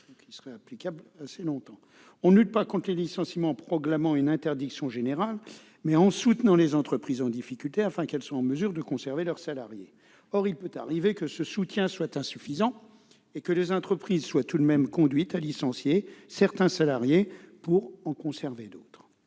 seraient en vigueur. On ne lutte pas contre les licenciements en proclamant une interdiction générale, mais en soutenant les entreprises en difficulté afin qu'elles soient en mesure de conserver leurs salariés. Or il peut arriver que ce soutien soit insuffisant et que les entreprises soient tout de même conduites à licencier certains salariés pour en conserver d'autres.